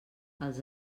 els